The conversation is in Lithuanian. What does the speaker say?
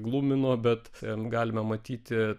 glumino bet galime matyti